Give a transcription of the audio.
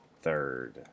third